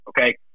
okay